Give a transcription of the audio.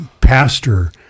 pastor